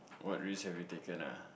what risk have you taken ah